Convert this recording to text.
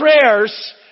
prayers